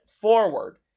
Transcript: forward